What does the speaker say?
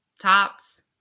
tops